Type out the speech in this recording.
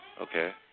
Okay